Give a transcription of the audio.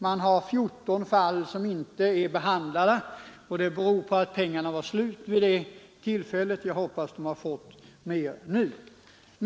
Man har 14 ansökningar som inte är behandlade, och det beror på att pengarna var slut vid det tillfället. Jag hoppas att man har fått mer nu.